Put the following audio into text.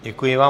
Děkuji vám.